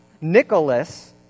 Nicholas